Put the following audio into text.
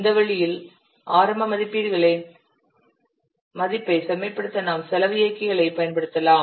இந்த வழியில் ஆரம்ப மதிப்பீடுகளின் மதிப்பைச் செம்மைப்படுத்த நாம் செலவு இயக்கிகளைப் பயன்படுத்தலாம்